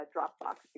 Dropbox